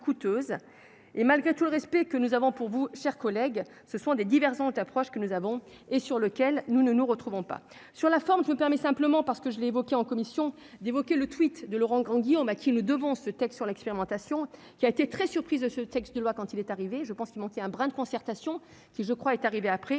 et malgré tout le respect que nous avons, pour vous, chers collègues, ce sont des divergences d'approche que nous avons et sur lequel nous ne nous retrouvons pas sur la forme, je me permets simplement parce que je l'ai évoqué en commission d'évoquer le tweet de Laurent Grandguillaume à qui le devance ce texte sur l'expérimentation, qui a été très surprise de ce texte de loi quand il est arrivé, je pense qu'il manquait un brin de concertation qui je crois est arrivée après